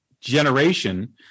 generation